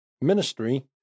ministry